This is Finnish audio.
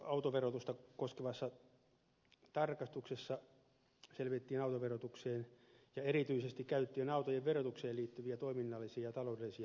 autoverotusta koskevassa tarkastuksessa selvitettiin autoverotukseen ja erityisesti käytettyjen autojen verotukseen liittyviä toiminnallisia ja taloudellisia ongelmia